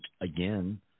again